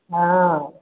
हँ